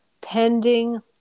pending